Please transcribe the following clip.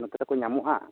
ᱱᱚᱛᱮ ᱨᱮᱠᱚ ᱧᱟᱢᱚᱜᱼᱟ